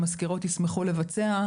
המזכירות ישמחו לבצע,